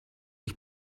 ich